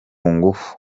ngufu